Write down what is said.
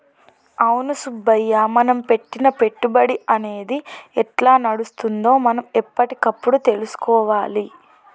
అవును సుబ్బయ్య మనం పెట్టిన పెట్టుబడి అనేది ఎట్లా నడుస్తుందో మనం ఎప్పటికప్పుడు తెలుసుకోవాలి